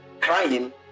crying